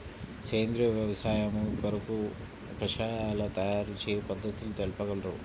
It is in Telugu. సేంద్రియ వ్యవసాయము కొరకు కషాయాల తయారు చేయు పద్ధతులు తెలుపగలరు?